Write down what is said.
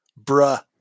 Bruh